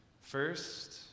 First